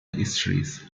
histories